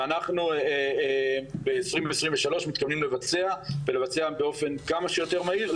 ואנחנו ב-2023 מתכוונים לבצע ולבצע באופן כמה שיותר מהיר.